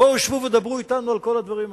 בואו שבו ודברו אתנו על כל הדברים האלה.